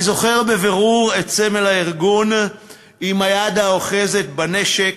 אני זוכר בבירור את סמל הארגון עם היד האוחזת בנשק,